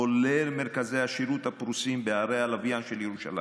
כולל מרכזי השירות הפרוסים בערי הלוויין של ירושלים,